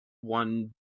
one